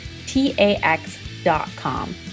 TAX.com